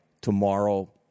tomorrow